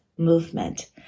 movement